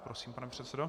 Prosím, pane předsedo.